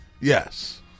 Yes